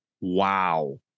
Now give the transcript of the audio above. Wow